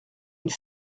une